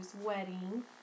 wedding